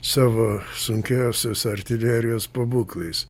savo sunkiosios artilerijos pabūklais